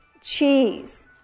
cheese